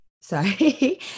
sorry